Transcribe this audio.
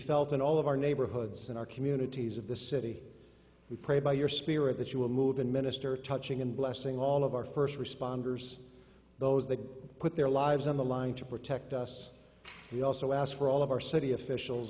in all of our neighborhoods and our communities of the city we pray by your spirit that you will move and minister touching and blessing all of our first responders those that put their lives on the line to protect us we also ask for all of our city officials